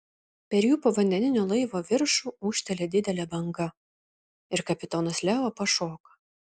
per jų povandeninio laivo viršų ūžteli didelė banga ir kapitonas leo pašoka